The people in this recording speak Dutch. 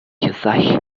gezag